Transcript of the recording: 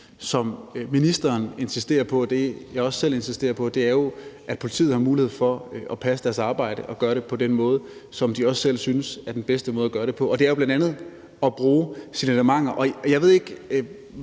som ministeren og jeg også selv insisterer på, jo er, at politiet har mulighed for at passe sit arbejde og gøre det på den måde, som politiet også selv synes er den bedste måde at gøre det på, og det er jo bl.a. at bruge signalementer. Jeg ved ikke,